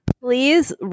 please